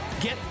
Get